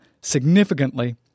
significantly